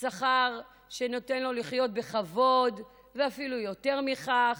שכר שנותן לו לחיות בכבוד ואפילו יותר מכך,